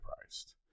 priced